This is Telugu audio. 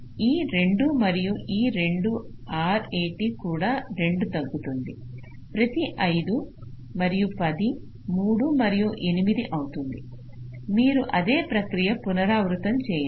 ఈ 2 మరియు ఈ 2 RAT కూడా 2 తగ్గుతుంది ప్రతి 5 మరియు 10 3 మరియు 8 అవుతుంది మీరు అదే ప్రక్రియ పునరావృతం చెయ్యండి